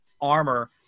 armor